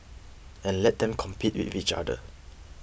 and let them compete with each other